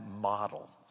model